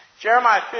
Jeremiah